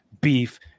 Beef